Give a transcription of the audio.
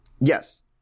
Yes